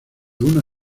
una